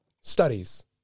Studies